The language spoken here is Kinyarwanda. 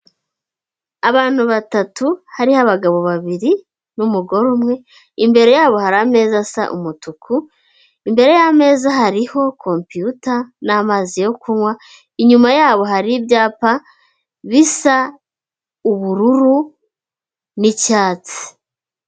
Abantu batatu hariho abagabo babiri n'umugore umwe imbere yabo hari ameza asa umutuku imbere y'ameza hariho kopiyuta n'amazi yo kunywa inyuma yabo hari ibyapa bisa ubururu n'icyatsi.